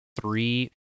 three